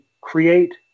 create